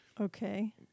Okay